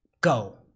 Go